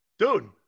Dude